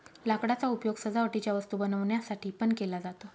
लाकडाचा उपयोग सजावटीच्या वस्तू बनवण्यासाठी पण केला जातो